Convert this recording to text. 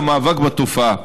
למאבק בתופעה.